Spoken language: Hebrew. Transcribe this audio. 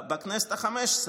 בכנסת החמש-עשרה,